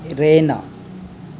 rena